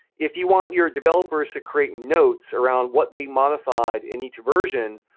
if you want your developers to create notes around what they modified in each version,